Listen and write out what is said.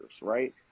right